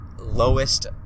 lowest